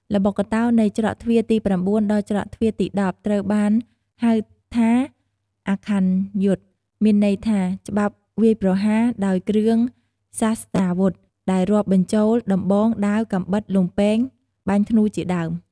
ល្បុក្កតោ នៃច្រកទ្វារទី៩ ដល់ច្រកទ្វារទី១០ ត្រូវបានហៅថា "អាខ័នយុទ្ធ" មានន័យថា ច្បាប់វាយប្រហារ ដោយគ្រឿងសាស្ត្រាវុធ ដែលរាប់បញ្ចូល ដំបង ដាវ កាំបិត លំពែង បាញ់ធ្នូរជាដើម។